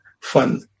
fun